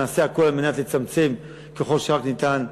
נעשה הכול על מנת לצמצם ככל שרק ניתן.